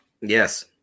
Yes